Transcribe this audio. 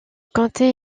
comté